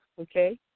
okay